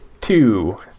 Two